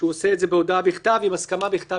שהוא עושה את זה בהודעה בכתב עם הסכמה בכתב